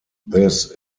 this